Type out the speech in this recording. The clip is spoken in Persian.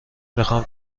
میخام